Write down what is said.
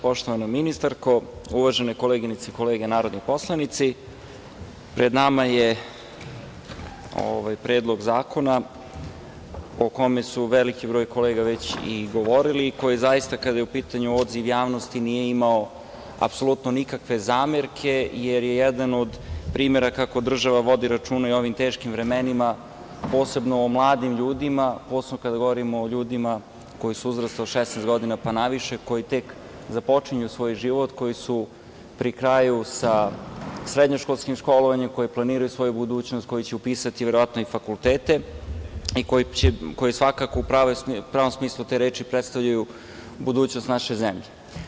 Poštovana ministarko, uvažene koleginice i kolege narodni poslanici, pred nama je Predlog zakona o kome su veliki broj kolega već i govorili i koji zaista kada je u pitanju odziv javnosti nije imao apsolutno nikakve zamerke, jer je jedan od primera kako država vodi računa i u ovim teškim vremenima, posebno o mladim ljudima, posebno kada govorimo o ljudima koji su uzrasta od 16 godina pa naviše, koji tek započinju svoj život, koji su pri kraju sa srednjoškolskim školovanjem, koji planiraju svoju budućnost, koji će upisati verovatno fakultete i koje svakako u pravom smislu te reči predstavljaju budućnost naše zemlje.